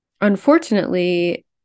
Unfortunately